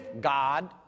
God